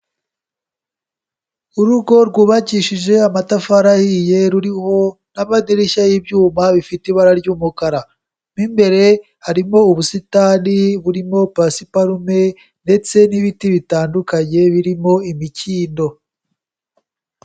Urugo rwubakishije amatafari ahiye, ruriho n'amadirishya y'ibyuma bifite ibara ry'umukara, mo imbere harimo ubusitani burimo pasiparume ndetse n'ibiti bitandukanye birimo imikindo.